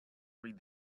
read